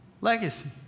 Legacy